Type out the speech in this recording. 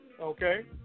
okay